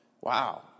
wow